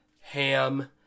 Ham